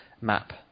map